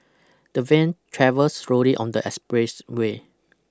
the van travels slowly on the expressway